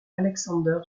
alexander